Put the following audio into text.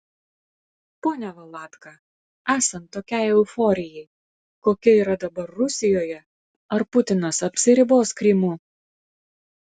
pone valatka esant tokiai euforijai kokia yra dabar rusijoje ar putinas apsiribos krymu